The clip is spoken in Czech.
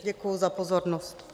Děkuji za pozornost.